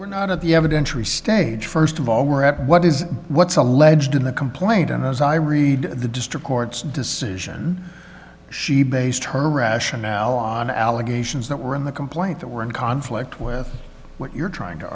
were not of the evidence restage first of all were what is what's alleged in the complaint and as i read the district court's decision she based her rationale on allegations that were in the complaint that were in conflict with what you're trying to